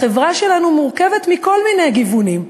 החברה שלנו מורכבת מכל מיני גוונים,